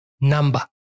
number